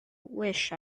wish